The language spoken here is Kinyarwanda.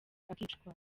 akicwa